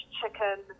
chicken